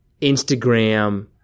Instagram